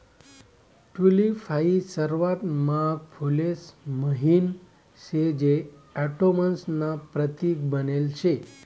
tulip हाई सर्वात महाग फुलेस म्हाईन शे जे ऑटोमन्स ना प्रतीक बनेल शे